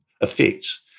effects